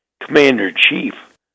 commander-in-chief